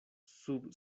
sub